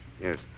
yes